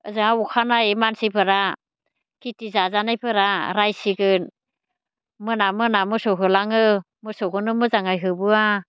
ओजोंहा अखानायै मानसिफोरा खेथि जाजानायफोरा रायसिगोन मोना मोना मोसौ होलाङो मोसौखौनो मोजाङै होबोया